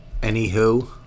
anywho